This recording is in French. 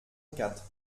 quatre